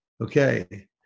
Okay